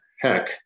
heck